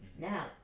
Now